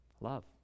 Love